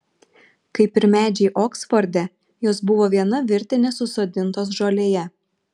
kaip ir medžiai oksforde jos buvo viena virtine susodintos žolėje